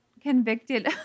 convicted